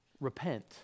repent